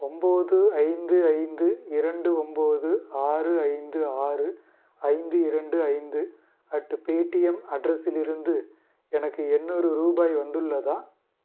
ஒம்போது ஐந்து ஐந்து இரண்டு ஒம்போது ஆறு ஐந்து ஆறு ஐந்து இரண்டு ஐந்து அட் பேடிஎம் அட்ரஸிலிருந்து எனக்கு எண்ணூறு ரூபாய் வந்துள்ளதா